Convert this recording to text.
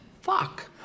fuck